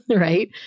right